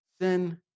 Sin